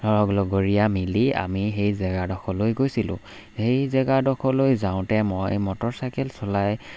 ধৰক লগৰীয়া মিলি আমি সেই জেগাডোখৰলৈ গৈছিলোঁ সেই জেগাডোখৰলৈ যাওঁতে মই মটৰচাইকেল চলাই